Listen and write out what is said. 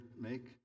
make